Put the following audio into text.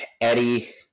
Eddie